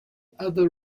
other